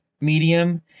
medium